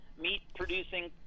meat-producing